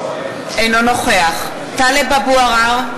אינו נוכח טלב אבו עראר,